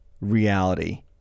reality